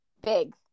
big